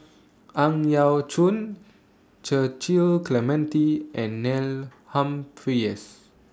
Ang Yau Choon Cecil Clementi and Neil Humphreys